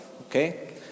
Okay